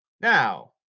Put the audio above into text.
Now